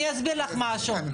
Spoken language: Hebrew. מי